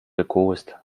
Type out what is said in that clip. gekost